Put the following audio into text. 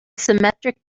symmetric